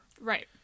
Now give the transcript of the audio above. Right